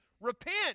Repent